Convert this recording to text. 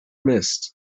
mist